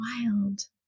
wild